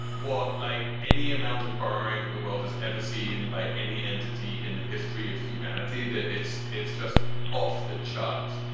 what like any amount of borrowing that the world has ever seen by any entity in the history of humanity, that it's it's just off the charts.